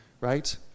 Right